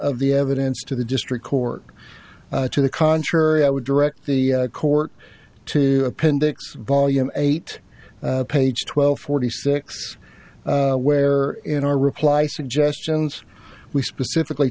of the evidence to the district court to the contrary i would direct the court to appendix volume eight page twelve forty six where in our reply suggestions we specifically